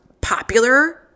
popular